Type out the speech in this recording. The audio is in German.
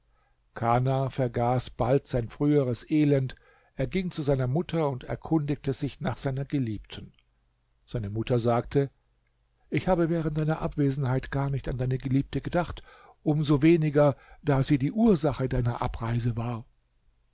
kana vergaß bald sein früheres elend er ging zu seiner mutter und erkundigte sich nach seiner geliebten seine mutter sagte ich habe während deiner abwesenheit gar nicht an deine geliebte gedacht um so weniger da sie die ursache deiner abreise war